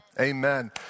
Amen